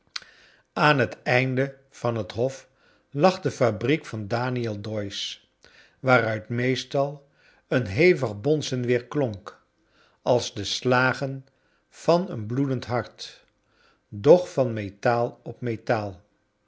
aan het einde van het hof lag de fabriek van daniel doyce waaruit meestal een hevig bonzen weerklonk als de slagen van een bloedend hart doch van metaal op metaal